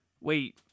Wait